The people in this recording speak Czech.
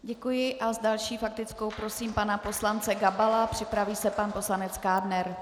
Děkuji a s další faktickou prosím pana poslance Gabala, připraví se pan poslanec Kádner.